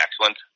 excellent